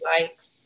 likes